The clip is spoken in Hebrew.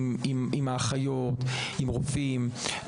עם האחיות, עם הרופאים,